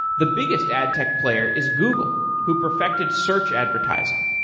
the biggest ad tech player is google who perfected search advertising.